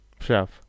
Chef